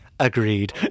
Agreed